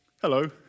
Hello